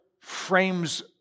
frames